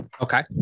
Okay